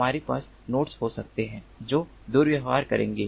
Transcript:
हमारे पास नोड्स हो सकते हैं जो दुर्व्यवहार करेंगे